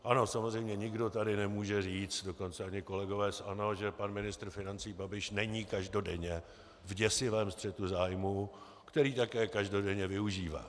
Ano, samozřejmě, nikdo tady nemůže říct, dokonce ani kolegové z ANO, že pan ministr financí Babiš není každodenně v děsivém střetu zájmů, který také každodenně využívá.